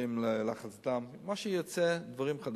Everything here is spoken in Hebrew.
לפעמים לחץ דם, מה שיוצא, דברים חדשים.